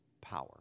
power